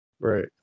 Right